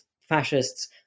fascists